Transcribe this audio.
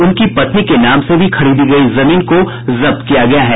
उनकी पत्नी के नाम से भी खरीदी गयी जमीन को जब्त किया गया है